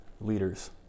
leaders